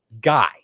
guy